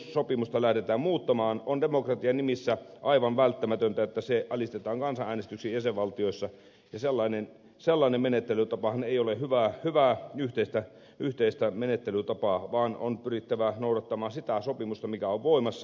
mielestäni jos sopimusta lähdetään muuttamaan on demokratian nimissä aivan välttämätöntä että se alistetaan kansanäänestykseen jäsenvaltioissa ja sellainen menettelytapahan ei ole hyvää yhteistä menettelytapaa vaan on pyrittävä noudattamaan sitä sopimusta mikä on voimassa